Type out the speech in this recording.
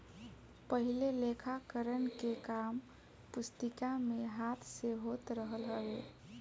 पहिले लेखाकरण के काम पुस्तिका में हाथ से होत रहल हवे